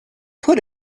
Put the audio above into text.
put